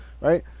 Right